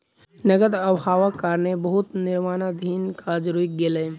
नकद अभावक कारणें बहुत निर्माणाधीन काज रुइक गेलै